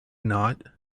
not